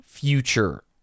Future